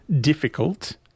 difficult